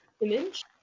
image